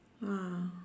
!wow!